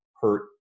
hurt